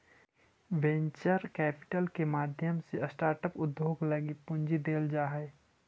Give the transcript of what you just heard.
venture capital के माध्यम से स्टार्टअप उद्योग लगी पूंजी देल जा हई